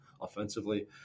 offensively